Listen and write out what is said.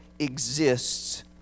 exists